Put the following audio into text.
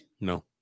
No